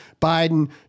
Biden